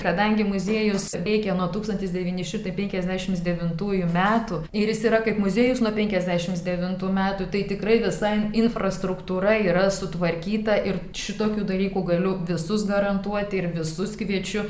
kadangi muziejus veikia nuo tūkstantis devynišimtai penkiasdešimt devintųjų metų ir jis yra kaip muziejus nuo penkiasdešimt devintų metų tai tikrai visa infrastruktūra yra sutvarkyta ir šitokių dalykų galiu visus garantuoti ir visus kviečiu